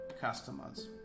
customers